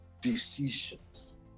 decisions